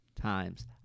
times